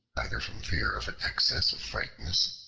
either from fear of an excess of frankness,